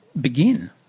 begin